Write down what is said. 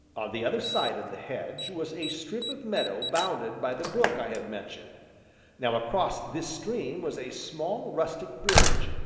the other side of the hedge was a strip of meadow bounded by the brook i have mentioned now across this stream was a small rustic bridge,